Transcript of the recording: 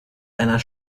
einer